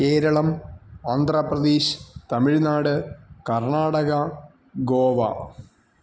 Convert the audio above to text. Keralam Andhra Pradesh Tamil Nadu Karnataka Goa